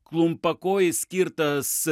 klumpakojis skirtas